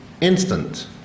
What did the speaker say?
instant